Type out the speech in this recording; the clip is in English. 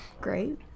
Great